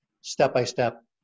step-by-step